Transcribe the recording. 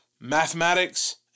mathematics